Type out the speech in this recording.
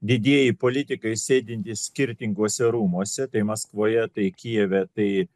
didieji politikai sėdintys skirtinguose rūmuose tai maskvoje tai kijeve tai